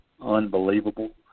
unbelievable